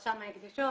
רשם ההקדשות.